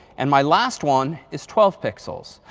and my last one is twelve pixels.